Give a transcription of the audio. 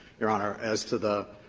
your honor as to the